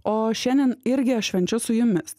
o šiandien irgi aš švenčiu su jumis